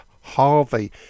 Harvey